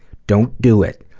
don't do it.